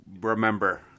remember